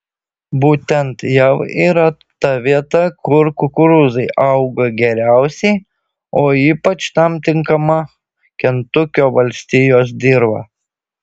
būtent jav yra ta vieta kur kukurūzai auga geriausiai o ypač tam tinkama kentukio valstijos dirva